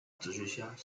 哲学家